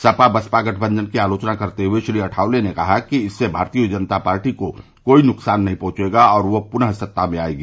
सपा बसपा गठबंघन की आलोचना करते हुये श्री अठावले ने कहा कि इससे भारतीय जनता पार्टी को कोई नुकसान नहीं पहुंचेगा और वह पुनः सत्ता में आयेगी